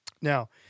Now